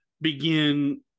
begin